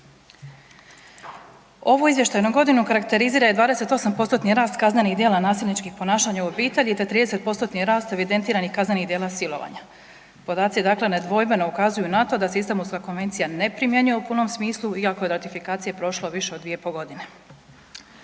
Ovu izvještajnu godinu karakterizira i 28%-tni rast kaznenih dijela nasilničkih ponašanja u obitelji, te 30%-tni rast evidentiranih kaznenih dijela silovanja. Podaci dakle nedvojbeno ukazuju na to da se Istambulska konvencija ne primjenjuje u punom smislu iako je od ratifikacije prošlo više od 2,5.g.